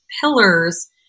pillars